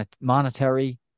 monetary